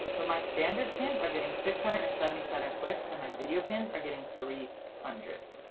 so my standard pins are getting six hundred and seventy seven clicks and my video pins are getting three hundred.